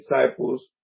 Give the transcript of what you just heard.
disciples